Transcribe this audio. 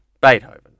Beethoven